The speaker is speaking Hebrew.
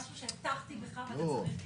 זה לא היה משהו שהטחתי בך ואתה צריך הגנה.